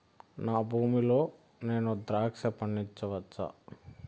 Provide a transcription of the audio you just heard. నా భూమి లో నేను ద్రాక్ష పండించవచ్చా?